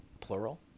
plural